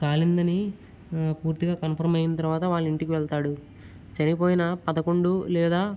కాలిందని పూర్తిగా కంఫర్మ్ అయిన తరువాత వాళ్ళింటికి వెళతాడు చనిపోయిన పదకొండు లేదా